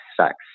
sex